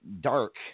dark